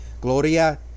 Gloria